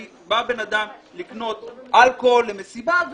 כי בא אדם לקנות אלכוהול למסיבה,